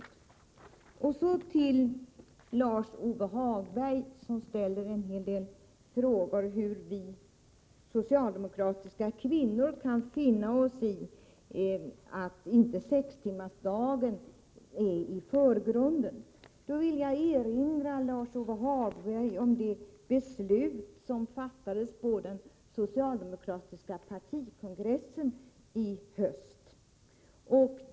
Lars-Ove Hagberg ställde en hel del frågor till mig. Han frågade bl.a. hur vi socialdemokratiska kvinnor kan finna oss i att sextimmarsdagen inte ställs i förgrunden. Då vill jag erinra Lars-Ove Hagberg om det beslut som fattades på den socialdemokratiska partikongressen i höstas.